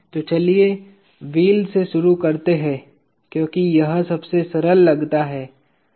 तो चलिए व्हील से शुरू करते हैं क्योंकि यह सबसे सरल लगता है